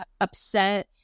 upset